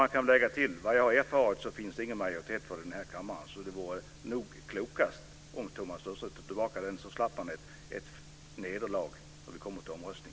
Jag kan lägga till att jag har erfarit att det inte finns någon majoritet för förslaget i denna kammare, så det vore nog klokast om Thomas Östros drog tillbaka propositionen. Då slipper han ett nederlag när vi kommer till omröstning.